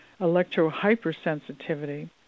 electro-hypersensitivity